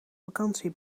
vakantie